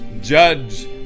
judge